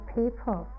people